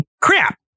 crap